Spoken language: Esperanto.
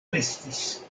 restis